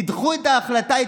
תדחו את ההחלטה,